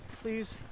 Please